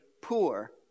poor